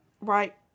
right